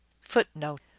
Footnote